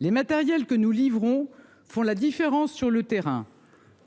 Les matériels que nous livrons font la différence sur le terrain,